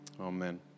Amen